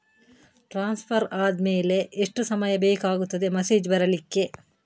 Transfer ಆದ್ಮೇಲೆ ಎಷ್ಟು ಸಮಯ ಬೇಕಾಗುತ್ತದೆ ಮೆಸೇಜ್ ಬರ್ಲಿಕ್ಕೆ?